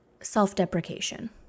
self-deprecation